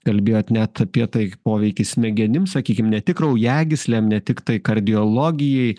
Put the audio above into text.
kalbėjot net apie tai poveikį smegenim sakykim ne tik kraujagyslėm ne tiktai kardiologijai